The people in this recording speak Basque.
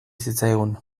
zitzaigun